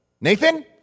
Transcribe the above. Nathan